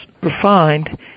refined